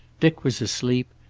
dick was asleep,